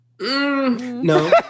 No